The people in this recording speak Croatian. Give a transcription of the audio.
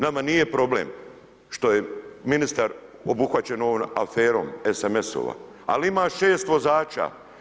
Nama nije problem što je ministar obuhvaćen ovom aferom SMS-ova, ali ima 6 vozača.